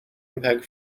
mpeg